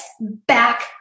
back